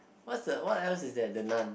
what's the what else is that the Nun